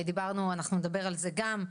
דיברנו ואנחנו נדבר על זה גם,